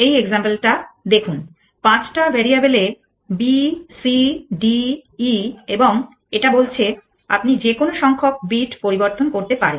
এই এক্সাম্পল টা দেখুন পাঁচটা variable a b c d e এবং এটা বলছে আপনি যে কোনো সংখ্যক বিট পরিবর্তন করতে পারেন